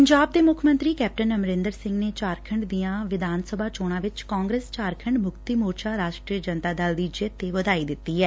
ਪੰਜਾਬ ਦੇ ਮੁੱਖ ਮੰਤਰੀ ਕੈਪਟਨ ਅਮਰੰਦਰ ਸਿੰਘ ਨੇ ਝਾਰਖੰਡ ਦੀਆਂ ਵਿਧਾਨ ਸਭਾ ਚੋਣਾਂ ਵਿਚ ਕਾਂਗਰਸ ਝਾਰਖੰਡ ਮੁਕਤੀ ਮੋਰਚਾ ਰਾਸ਼ਟਰੀ ਜਨਤਾ ਦਲ ਦੀ ਜਿੱਤ ਤੇ ਵਧਾਈ ਦਿੱਤੀ ਏ